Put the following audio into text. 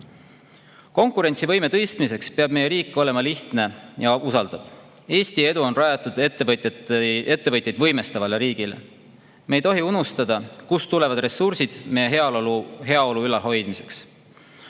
Konkurentsivõime tõstmiseks peab meie riik olema lihtne ja usaldav. Eesti edu on rajatud ettevõtjaid võimestavale riigile. Me ei tohi unustada, kust tulevad ressursid meie heaolu ülalhoidmiseks.